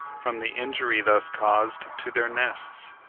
from the injury thus caused to their nests.